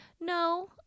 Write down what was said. No